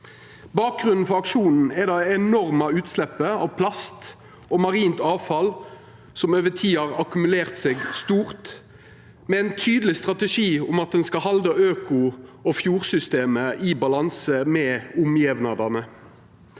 Bakgrunnen for aksjonen er det enorme utsleppet av plast og marint avfall som over tid har akkumulert seg stort, med ein tydeleg strategi om at ein skal halda øko- og fjordsystemet i balanse med omgjevnadene.